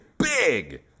Big